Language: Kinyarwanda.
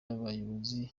abayobozi